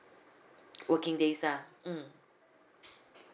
working days lah mm